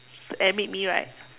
and meet me right